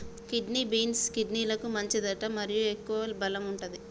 kidney beans, కిడ్నీలకు మంచిదట మరియు ఎక్కువ బలం వుంటది